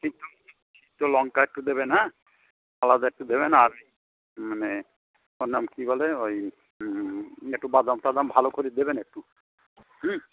সিদ্দ লঙ্কা সিদ্দ লঙ্কা একটু দেবেন হ্যাঁ আলাদা একটু দেবেন আর ওই মানে ওর নাম কী বলে ওই একটু বাদাম টাদাম ভালো করে দেবেন একটু হুম